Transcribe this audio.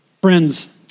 friends